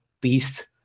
beast